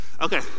Okay